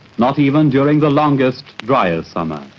not even during the longest, driest summer.